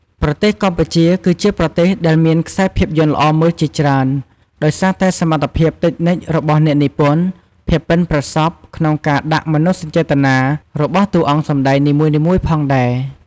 ប្រទេសកម្ពុជាគឺជាប្រទេសដែលមានខ្សែភាពយន្តល្អមើលជាច្រើន ដោយសារតែសមត្ថភាពតិចនិចរបស់អ្នកនិពន្ធ ភាពបុិនប្រសប់ ក្នុងការដាក់មនោសញ្ចេតនា របស់តួអង្គសម្តែងនីមួយៗផងដែរ។